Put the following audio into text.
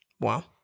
Wow